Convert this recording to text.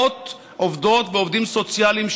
אותם מאות עובדות ועובדים סוציאליים,